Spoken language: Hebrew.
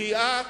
בריאה